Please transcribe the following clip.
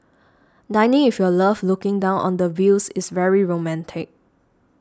dining if your love looking down on the views is very romantic